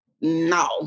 no